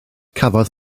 cafodd